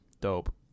dope